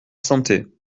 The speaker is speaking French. santé